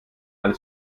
alle